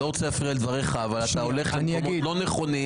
לא יקרה, אתה יכול להיות רגוע וזה הכל.